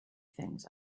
things